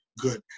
good